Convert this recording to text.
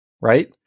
Right